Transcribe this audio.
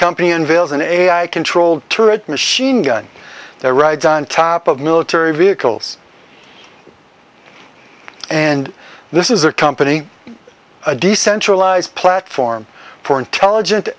company unveils an ai controlled to a machine gun there rides on top of military vehicles and this is a company a decentralized platform for intelligent